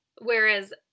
whereas